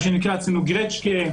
מה שנקרא אצלנו "גרצ'קה",